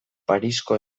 parisko